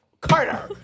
Carter